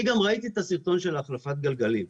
אני גם ראיתי את הסרטון של החלפת הגלגלים.